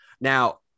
Now